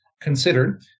considered